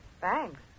thanks